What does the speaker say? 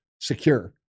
secure